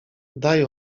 daj